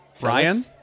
Ryan